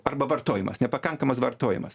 arba vartojimas nepakankamas vartojimas